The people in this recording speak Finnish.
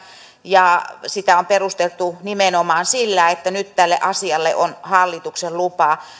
ja sitä on perusteltu nimenomaan sillä että nyt tälle asialle on hallituksen lupa